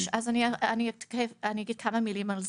אני אגיד כמה מילים על זה.